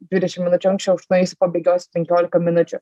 dvidešim minučių anksčiau aš nueisiu pabėgiosiu penkiolika minučių